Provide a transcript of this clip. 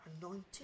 anointed